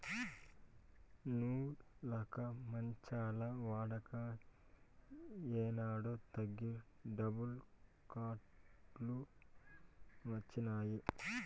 నులక మంచాల వాడక ఏనాడో తగ్గి డబుల్ కాట్ లు వచ్చినాయి